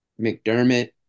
McDermott